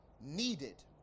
needed